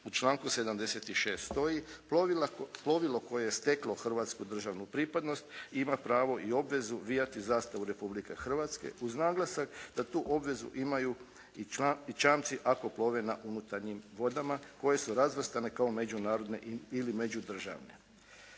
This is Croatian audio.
U članku 76. stoji plovilo koje je steklo hrvatsku državnu pripadnost ima pravo i obvezu vijati zastavu Republike Hrvatske uz naglasak da tu obvezu imaju i čamci ako plove na unutarnjim vodama koje su razvrstane kao međunarodne ili međudržavne.